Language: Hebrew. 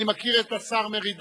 אני מכיר את השר מרידור,